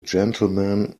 gentleman